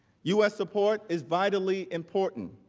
u s. support is vitally important